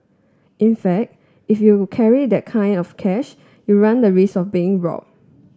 in fact if you carry that kind of cash you run the risk of being robbed